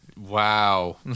Wow